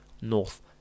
North